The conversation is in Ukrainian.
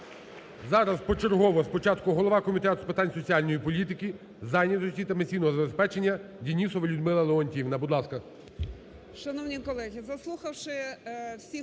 Зараз почергово. Спочатку голова Комітету з питань соціальної політики, зайнятості та пенсійного забезпечення Денісова Людмила Леонтіївна, будь ласка.